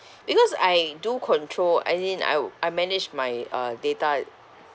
because I do control as in I I manage my uh data